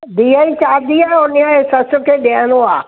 धीअ जी शादी आहे हुनजी सस खे ॾियणो आहे